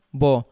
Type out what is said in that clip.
bo